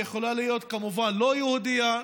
היא יכולה להיות כמובן לא יהודייה,